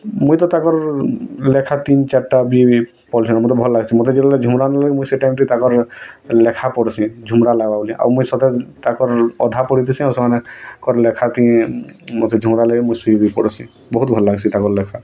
ମୁଁ ତ ତାଙ୍କର ଲେଖା ତିନ୍ ଚାର୍ଟା ବି ପଢ଼୍ଛି ମୋତେ ଭଲ୍ ଲାଗ୍ସି ମୋତେ ଯେତେବେଳେ ଝୁମୁରା ନ ଲାଗ ମୁଁ ସେଇ ଟାଇମ୍ରେ ତାଙ୍କର ଲେଖା ପଢ଼ୁସି ଝୁମୁରା ଲାଗା ବୋଲି ଆଉ ମୁଁ ସଦା ତାଙ୍କର ଅଧା ପଡ଼ଛି ସେମାନେ କ'ଣ ଲେଖା ଟି ମୋତେ ଝୁମୁରା ଲାଗେ ମୁଁ ଶୁଇ ବି ପଡ଼୍ସି ବହୁତ୍ ଭଲ୍ ଲାଗ୍ସି ତାଙ୍କର ଲେଖା